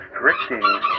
restricting